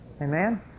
Amen